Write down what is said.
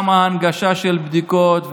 גם ההנגשה של בדיקות,